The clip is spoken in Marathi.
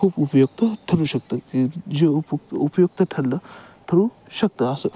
खूप उपयुक्त ठरू शकतं जे उपक् उपयुक्त ठरलं ठरू शकतं असं